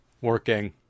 working